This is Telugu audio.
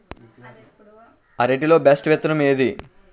అరటి లో బెస్టు విత్తనం ఏది?